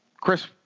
Chris